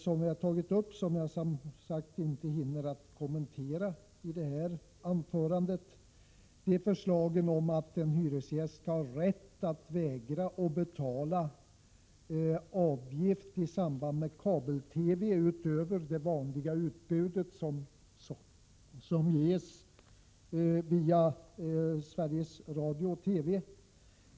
Det finns en rad förslag som jag inte hinner kommentera i det här anförandet. Det är förslaget om att en hyresgäst skall ha rätt att vägra betala avgift i samband med kabel-TV utöver det vanliga utbud som ges via Sveriges Radio och TV.